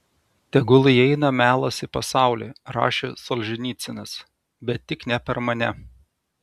tegul įeina melas į pasaulį rašė solženicynas bet tik ne per mane